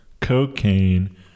cocaine